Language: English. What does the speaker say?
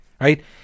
Right